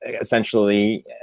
essentially